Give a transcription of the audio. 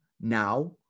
now